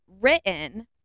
written